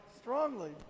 strongly